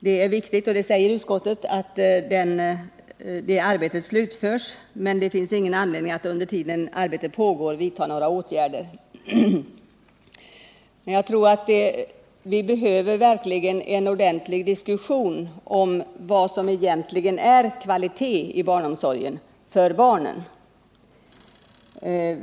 Det är viktigt — det säger även utskottet — att detta arbete slutförs, men det finns ingen anledning att under tiden som arbetet pågår vidta några åtgärder. Jag tror att vi verkligen behöver en ordentlig diskussion om vad i barnomsorgen som egentligen är kvalitet — för barnen.